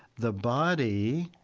the body,